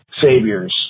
saviors